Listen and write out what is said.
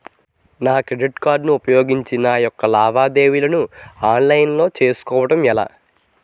నా credit card ఉపయోగించి నా యెక్క లావాదేవీలను ఆన్లైన్ లో చేసుకోవడం ఎలా?